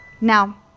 Now